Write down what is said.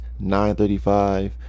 9.35